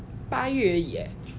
八月而已 eh